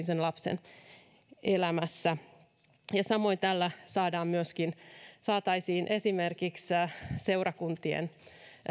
sen lapsen elämässä samoin tällä saataisiin mukaan esimerkiksi seurakuntien